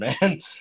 man